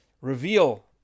reveal